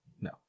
No